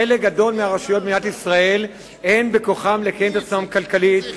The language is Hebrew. חלק גדול מהרשויות במדינת ישראל אין בכוחן לקיים את עצמן כלכלית,